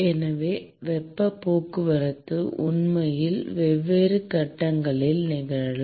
எனவே வெப்பப் போக்குவரத்து உண்மையில் வெவ்வேறு கட்டங்களில் நிகழலாம்